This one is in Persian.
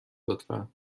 لطفا